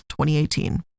2018